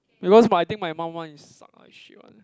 because my I think mum one is suck like shit one